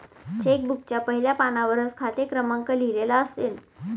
check बुकच्या पहिल्या पानावरच खाते क्रमांक लिहिलेला असेल